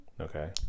okay